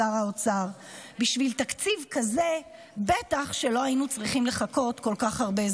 שר האוצר: בשביל תקציב כזה בטח שלא היינו צריכים לחכות כל כך הרבה זמן,